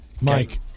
Mike